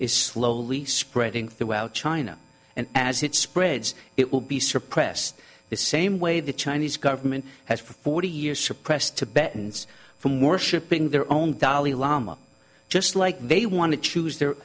is slowly spreading throughout china and as it spreads it will be suppressed the same way the chinese government has for forty years suppressed tibetans from worshiping their own dalai lama just like they want to choose their